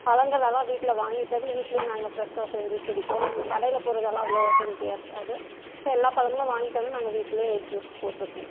பழங்கள்யெல்லாம் வீட்டில் வாங்கிட்டு வந்து வீட்டில் நாங்கள் ஃப்ரெஷ்ஷாக செஞ்சு குடிப்போம் கடையில் போடுகிறதுயெல்லாம் அவ்வளோ ஹெல்த்தியாக இருக்காது ஸோ எல்லா பழங்களும் வாங்கிட்டு வந்து நாங்கள் வீட்டில் ஜூஸ் போட்டுக்குவோம்